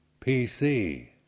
PC